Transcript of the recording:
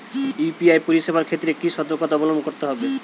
UPI পরিসেবার ক্ষেত্রে কি সতর্কতা অবলম্বন করতে হবে?